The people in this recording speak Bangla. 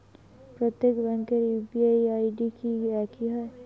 প্রত্যেক ব্যাংকের ইউ.পি.আই আই.ডি কি একই হয়?